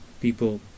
people